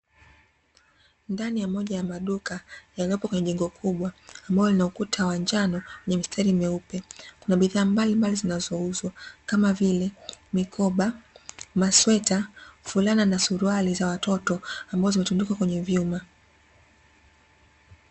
Ndani ya moja ya maduka yaliyopo kwenye jengo kubwa ambao unaukuta wa njano, lenye mistari meupe kuna bidhaa mbalimbali zinazo uzwa kama vile: mikoba, masweta, fulana na suruali za watoto ambazo zimetundikwa kwenye vyuma.